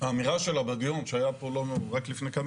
האמירה שלה בדיון שהיה פה רק לפני כמה